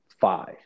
five